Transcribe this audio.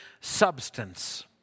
substance